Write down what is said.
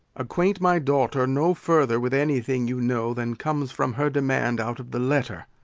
acquaint my daughter no further with anything you know than comes from her demand out of the letter.